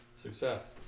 Success